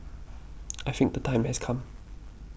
I think the time has come